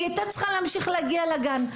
היא הייתה צריכה להמשיך להגיע לגן.